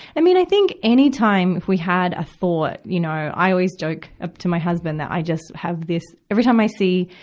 i mean, i think anytime we had a thought, you know, i always joke ah to my husband that i just have this every time i see,